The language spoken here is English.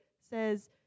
says